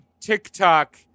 TikTok